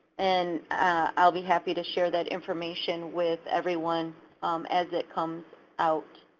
and i'll be happy to share that information with everyone as it comes out.